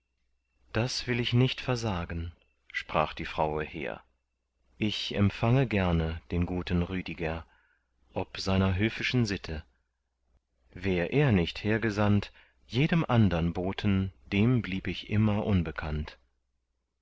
das will ich nicht versagen sprach die fraue hehr ich empfange gerne den guten rüdiger ob seiner höfischen sitte wär er nicht hergesandt jedem andern boten dem blieb ich immer unbekannt